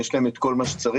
יש להם את כל מה שצריך.